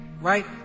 right